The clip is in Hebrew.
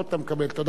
חבר הכנסת טיבי.